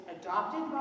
adopted